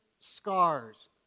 scars